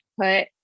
put